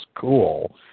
cool